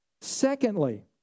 secondly